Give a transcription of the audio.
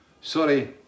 Sorry